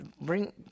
bring